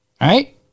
right